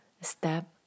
step